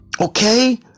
okay